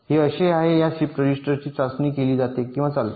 हे असे आहे या शिफ्ट रजिस्टरची चाचणी केली जाते किंवा चालते